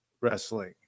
wrestling